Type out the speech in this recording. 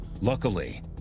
Luckily